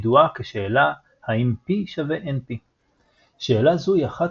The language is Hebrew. ידועה כשאלה "האם P=NP"; שאלה זו היא אחת